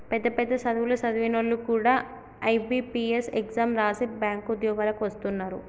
పెద్ద పెద్ద సదువులు సదివినోల్లు కూడా ఐ.బి.పీ.ఎస్ ఎగ్జాం రాసి బ్యేంకు ఉద్యోగాలకు వస్తున్నరు